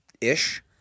ish